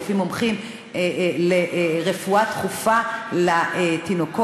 רופאים מומחים לרפואה דחופה לתינוקות.